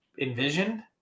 envisioned